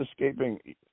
escaping